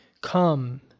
come